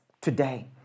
today